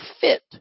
fit